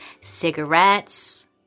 Cigarettes